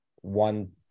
one